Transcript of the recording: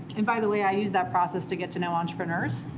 and by the way, i use that process to get to know entrepreneurs.